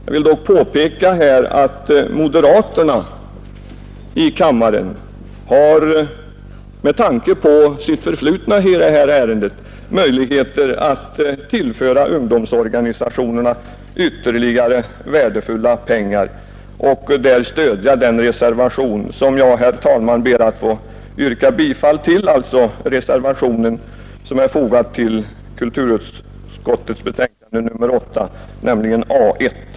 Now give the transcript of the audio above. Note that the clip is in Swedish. Jag vill dock påpeka att moderaterna i kammaren med tanke på organisationernas sitt förflutna i detta ärende har möjligheter att tillföra ungdomsorganisalokala verksamhet tionerna ytterligare värdefulla pengar genom att stödja den reservation som jag, herr talman, ber att få yrka bifall till, nämligen reservationen | A 1 vid kulturutskottets betänkande nr 8.